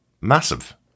massive